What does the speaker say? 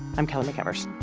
i'm kelly mcevers.